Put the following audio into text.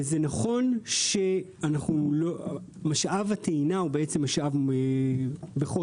זה נכון שמשאב הטעינה הוא משאב בחוסר.